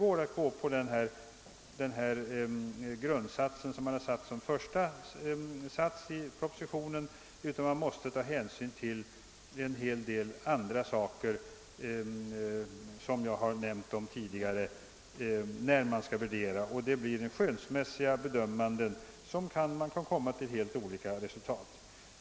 att man kan gå på den princip som i: propositionen införts som första grundsats utan att man måste ta hänsyn till en: hel del andra omständigheter som jag tidigare omnämnt. När man då skall värdera måste det bli fråga om skönsmässiga bedömanden där man kan komma fram till: helt olika resultat.